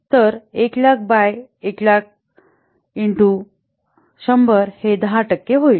तर १००००० by १००००० into १०० हे १० टक्के होईल